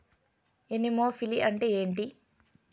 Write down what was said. Anemophily అంటే ఏంటి?